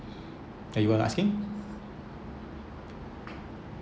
anyone asking